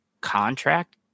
contract